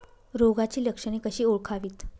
रोगाची लक्षणे कशी ओळखावीत?